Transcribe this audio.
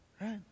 Right